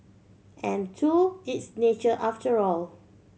and two it's nature after all